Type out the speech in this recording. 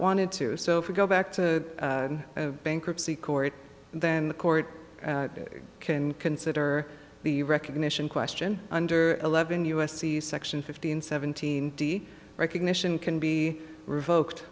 wanted to so if we go back to bankruptcy court then the court can consider the recognition question under eleven u s c section fifteen seventeen d recognition can be revoked